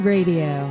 Radio